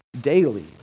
daily